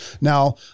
Now